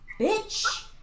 bitch